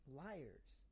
liars